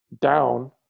down